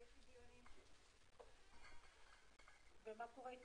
חודש מעתה ועד יוני 2021 לכל חייל בודד בעל